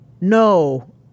no